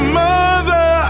mother